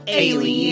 alien